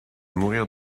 mourir